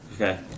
Okay